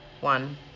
one